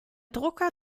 drucker